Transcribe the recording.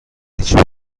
هیچی